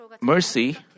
mercy